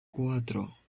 cuatro